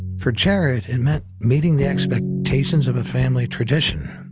for jared, it meant meeting the expectations of a family tradition.